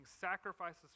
sacrifices